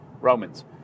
Romans